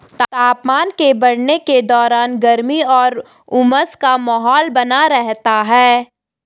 तापमान के बढ़ने के दौरान गर्मी और उमस का माहौल बना रहता है